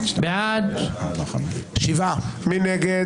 מי נגד?